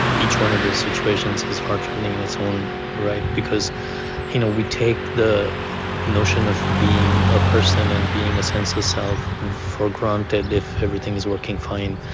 each one of those situations is heartrending in its own right because you know we take the notion of being a person and being a sense of self for granted, if everything is working fine.